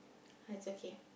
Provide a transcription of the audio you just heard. oh it's okay